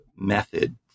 method